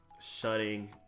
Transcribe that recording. shutting